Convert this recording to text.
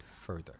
further